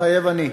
מתחייב אני.